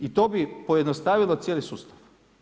I to bi pojednostavilo cijeli sustav.